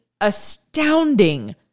astounding